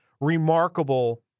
remarkable